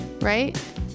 Right